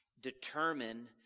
determine